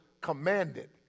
commanded